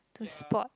to spot